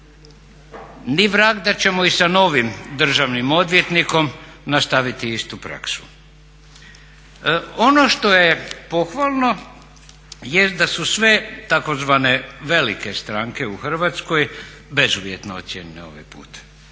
Ni vrag da ćemo i sa novim državnim odvjetnikom nastaviti istu praksu. Ono što je pohvalno jest da su sve tzv. velike stranke u Hrvatskoj bezuvjetno ocijenjene ovaj put,